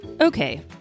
Okay